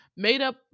made-up